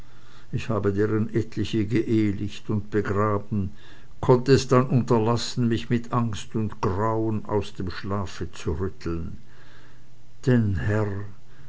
ich habe deren etliche geehlicht und begraben konnte es dann unterlassen mich mit angst und grauen aus dem schlafe zu rütteln denn herr